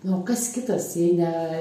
nu o kas kitas jei ne